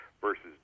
versus